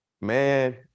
man